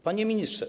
Panie Ministrze!